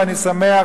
ואני שמח,